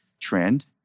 Trend